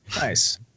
Nice